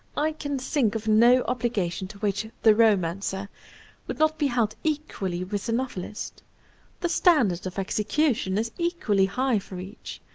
i can think of no obligation to which the romancer would not be held equally with the novelist the standard of execution is equally high for each.